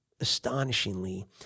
astonishingly